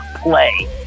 play